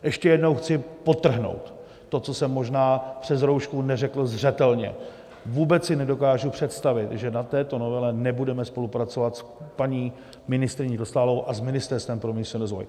Ještě jednou chci podtrhnout to, co jsem možná přes roušku neřekl zřetelně: vůbec si nedokážu představit, že na této novele nebudeme spolupracovat s paní ministryní Dostálovou a s Ministerstvem pro místní rozvoj.